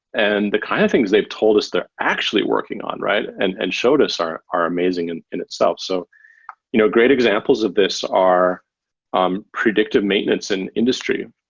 and the kind of things they've told us they're actually working on and and showed us are are amazing and in itself. so you know great examples of this are um predictive maintenance and industry,